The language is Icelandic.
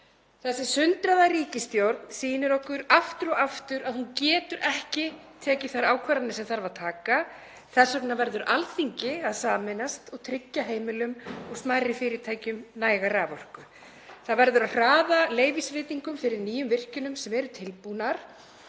Þessi sundraða ríkisstjórn sýnir okkur aftur og aftur að hún getur ekki tekið þær ákvarðanir sem þarf að taka. Þess vegna verður Alþingi að sameinast og tryggja heimilum og smærri fyrirtækjum næga raforku. Það verður að hraða leyfisveitingum fyrir nýjum virkjunum sem tilbúnar